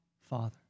father